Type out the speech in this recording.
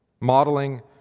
modeling